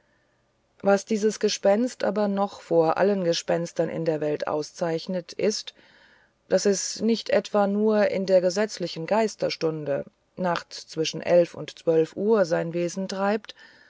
was dies gespenst aber noch vor allen gespenstern in der welt auszeichnet ist daß es nicht etwa nur in der gesetzlichen geisterstunde nachts zwischen elf und zwölf uhr sein wesen treibt